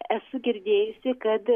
esu girdėjusi kad